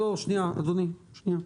שנייה, אדוני, שנייה.